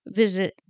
visit